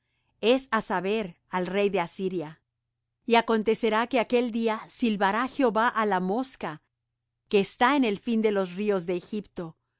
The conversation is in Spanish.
es á saber al rey de asiria y acontecerá que aquel día silbará jehová á la mosca que está en el fin de los ríos de egipto